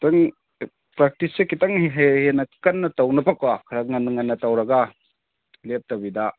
ꯑꯃꯨꯛꯇꯪ ꯄ꯭ꯔꯥꯛꯇꯤꯁꯁꯦ ꯈꯖꯤꯛꯇꯪ ꯍꯦꯟꯅ ꯀꯟꯅ ꯇꯧꯅꯕꯀꯣ ꯈꯔ ꯉꯟꯅ ꯉꯟꯅ ꯇꯧꯔꯒ ꯂꯦꯞꯇꯕꯤꯗ